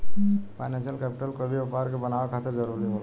financial capital कोई भी व्यापार के बनावे खातिर जरूरी होला